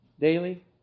Daily